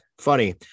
funny